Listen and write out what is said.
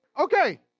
Okay